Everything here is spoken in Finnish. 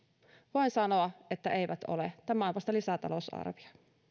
voin sanoa että eivät ole tämä on vasta lisätalousarvio